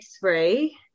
three